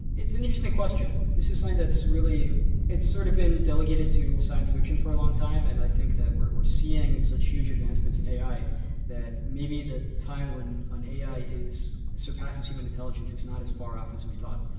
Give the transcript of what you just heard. it's an interesting question. this is something that's really it's sort of been delegated to science fiction for a long time and i think that we're we're seeing such huge advancements in ai that maybe the time when ai surpasses human intelligence is not as far off as we thought.